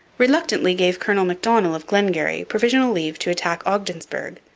reluctantly gave colonel macdonell of glengarry provisional leave to attack ogdensburg,